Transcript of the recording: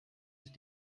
sich